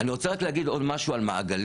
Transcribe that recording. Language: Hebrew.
אני רוצה רק להגיד עוד משהו על מעגלים.